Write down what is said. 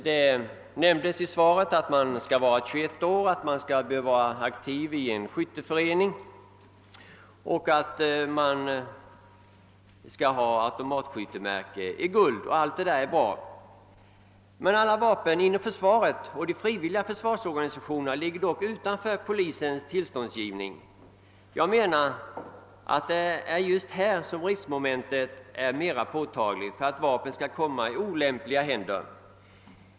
Det nämndes i svaret att man för sådant innehav skall ha fyllt 21 år, skall vara aktiv i en skytteförening och skall ha automatskyttemärke i guld. Allt detta är bra. Alla vapen inom försvaret och de frivilliga försvarsorganisationerna ligger dock utanför polisens tillståndsgivning. Just härvidlag föreligger ett mera påtagligt riskmoment, innebärande att vapen kan komma i olämpliga händer.